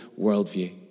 worldview